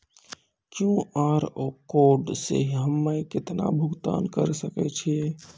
QR code से हम्मय केतना भुगतान करे सके छियै?